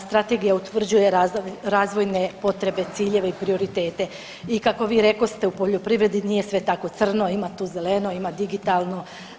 Strategija utvrđuje razvojne potrebe, ciljeve i prioritete i kako vi rekoste u poljoprivredi nije sve tako crno, ima tu zeleno, ima digitalno.